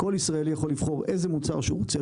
כל ישראלי יכול לבחור איזה מוצר שהוא רוצה,